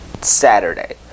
Saturday